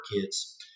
kids